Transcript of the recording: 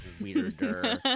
weirder